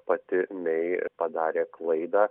pati mei padarė klaidą